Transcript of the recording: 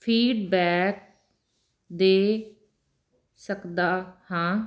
feedback ਦੇ ਸਕਦਾ ਹਾਂ